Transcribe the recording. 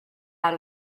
out